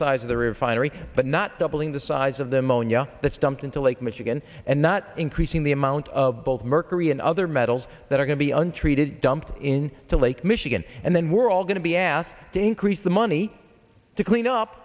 size of the refinery but not doubling the size of the monia that's dumped into lake michigan and not increasing the amount of both mercury and other metals that are going to be untreated dumped in the lake michigan and then we're all going to be acting creates the money to clean up